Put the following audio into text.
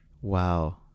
Wow